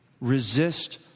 Resist